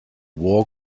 war